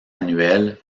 annuelles